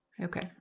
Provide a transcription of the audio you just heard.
Okay